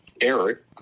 eric